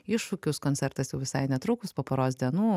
iššūkius koncertas jau visai netrukus po poros dienų